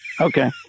Okay